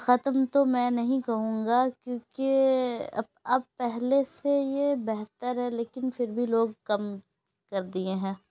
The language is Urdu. ختم تو میں نہیں کہوں گا کیوںکہ اب اب پہلے سے یہ بہتر ہے لیکن پھر بھی لوگ کم کردیے ہیں